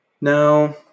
Now